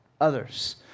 Others